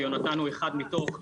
ויונתן הוא אחד מתוכם.